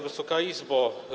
Wysoka Izbo!